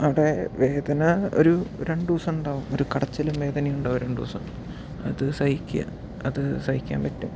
അവിടെ വേദന ഒരു ഒരു രണ്ടു ദിവസം ഉണ്ടാകും ഒരു കടച്ചലും വേദനയും ഉണ്ടാകും രണ്ടു ദിവസം അത് സഹിക്കുക അത് സഹിക്കാൻ പറ്റും